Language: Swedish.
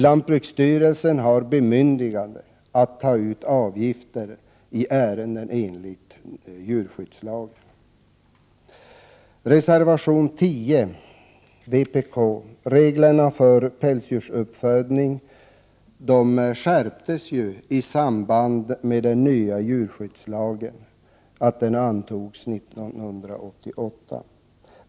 Lantbruksstyrelsen har bemyndigande att ta ut avgifter i ärenden enligt djurskyddslagen. Reservation 10, vpk, behandlar reglerna för pälsdjursuppfödning, vilka skärptes i samband med att den nya djurskyddslagen antogs 1988.